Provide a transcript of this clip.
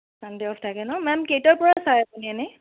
Sunday off থাকে ন ma'am কেইটাৰ পৰা চাই আপুনি এনেই